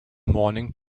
morning